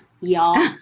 Y'all